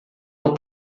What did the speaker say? não